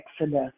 Exodus